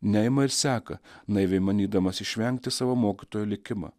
neima ir seka naiviai manydamas išvengti savo mokytojo likimą